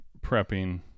prepping